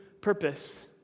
purpose